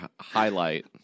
highlight